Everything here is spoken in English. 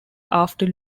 after